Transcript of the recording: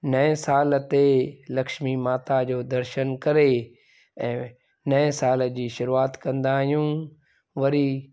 नये साल ते लक्ष्मी माता जो दर्शन करे ऐं नये साल जी शुरुआति कंदा आहियूं वरी